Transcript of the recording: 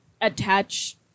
attach